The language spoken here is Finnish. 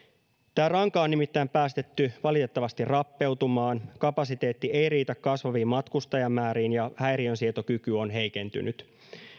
tämä ranka on nimittäin päästetty valitettavasti rappeutumaan kapasiteetti ei riitä kasvaviin matkustajamääriin ja häiriönsietokyky on heikentynyt